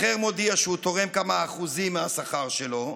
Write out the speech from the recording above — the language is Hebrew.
אחר מודיע שהוא תורם כמה אחוזים מהשכר שלו,